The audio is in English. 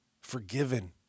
forgiven